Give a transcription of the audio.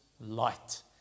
light